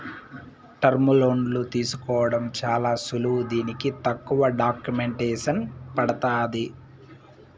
టర్ములోన్లు తీసుకోవడం చాలా సులువు దీనికి తక్కువ డాక్యుమెంటేసన్ పడతాంది